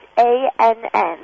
A-N-N